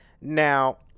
Now